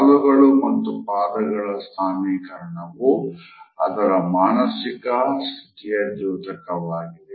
ಕಾಲುಗಳು ಮತ್ತು ಪಾದಗಳ ಸ್ಥಾನಿಕರಣವು ಅವರ ಮಾನಸಿಕ ಸ್ಥಿತಿಯ ದ್ಯೋತಕವಾಗಿದೆ